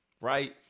right